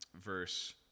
verse